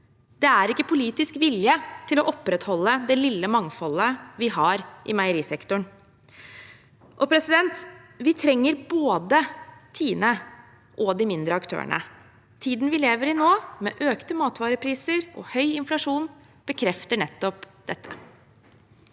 Det er ikke politisk vilje til å opprettholde det lille mangfoldet vi har i meierisektoren. Vi trenger både Tine og de mindre aktørene. Tiden vi lever i nå, med økte matvarepriser og høy inflasjon, bekrefter nettopp det.